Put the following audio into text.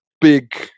big